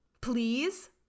please